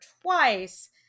twice